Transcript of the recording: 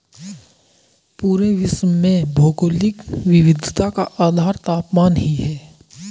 पूरे विश्व में भौगोलिक विविधता का आधार तापमान ही है